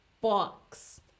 box